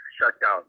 shutdown